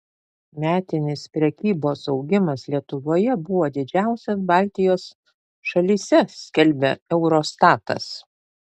metinis prekybos augimas lietuvoje buvo didžiausias baltijos šalyse skelbia eurostatas